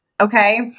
okay